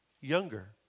younger